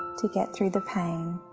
to get through the pain.